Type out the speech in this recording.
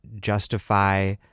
justify